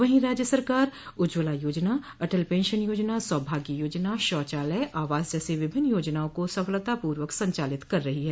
वहीं राज्य सरकार उज्जवला योजना अटल पेंशन योजना सौभाग्य योजना शौचालय आवास जैसी विभिन्न योजनाओं को सफलतापूर्वक संचालित कर रही है